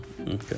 okay